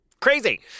crazy